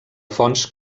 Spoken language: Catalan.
fonts